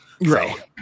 Right